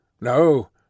No